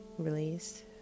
Release